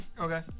Okay